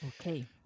Okay